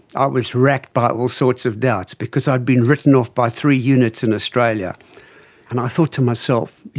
i was racked by all sorts of doubts, because i had been written off by three units in australia and i thought to myself, you